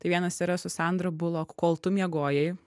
tai vienas yra su sandra bullock kol tu miegojai